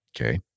Okay